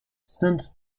since